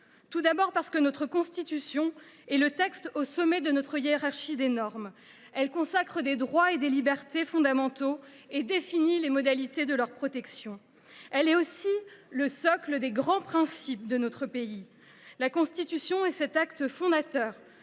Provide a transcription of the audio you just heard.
Constitution. En effet, notre Constitution est le texte au sommet de notre hiérarchie des normes. Elle consacre des droits et des libertés fondamentaux et définit les modalités de leur protection. Elle est aussi le socle des grands principes de notre pays. La Constitution est cet acte fondateur